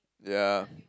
yeah